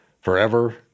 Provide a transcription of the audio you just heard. forever